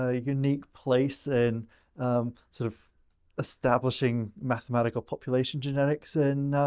ah unique place in sort of establishing mathematical population genetics in,